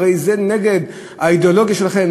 הרי זה נגד האידיאולוגיה שלכם,